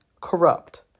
corrupt